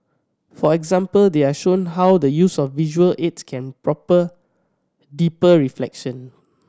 for example they are shown how the use of visual aids can proper deeper reflection